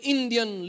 Indian